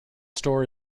store